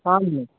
ಹಾಂ ಮೇಡಮ್